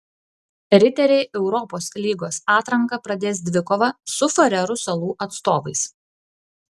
riteriai europos lygos atranką pradės dvikova su farerų salų atstovais